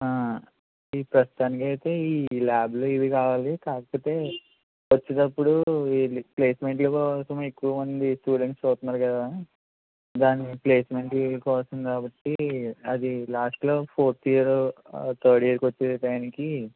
ఆ ఈ ప్రస్తుతానికి అయితే ఈ ల్యాబులు ఇవి కావాలి కాకపోతే వచ్చేటప్పుడు ఈ ప్లేసెమెంట్లు కోసం ఎక్కువ మంది స్టూడెంట్స్ చూస్తున్నారు కదా దాని ప్లేసెమెంట్లు కోసం కాబట్టి అది లాస్ట్లో ఫోర్త్ ఇయర్ ఆ థర్డ్ ఇయర్ వచ్చే టయానికి